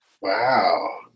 Wow